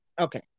Okay